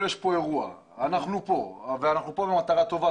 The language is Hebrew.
שיש פה אירוע ושאנחנו באנו למטרה טובה,